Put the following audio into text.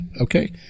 Okay